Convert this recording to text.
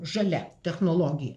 žalia technologija